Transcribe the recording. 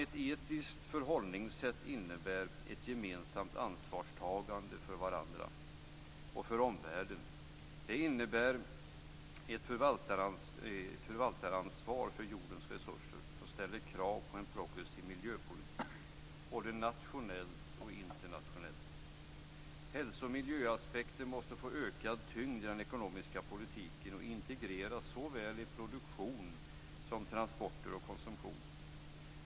Ett etiskt förhållningssätt innebär ett gemensamt ansvarstagande för varandra och för omvärlden. Det innebär ett förvaltaransvar för jordens resurser som ställer krav på en progressiv miljöpolitik både nationellt och internationellt. Hälso och miljöaspekten måste få ökad tyngd i den ekonomiska politiken och integreras såväl i produktion som transporter och konsumtion.